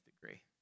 degree